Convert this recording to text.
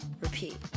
Repeat